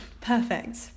perfect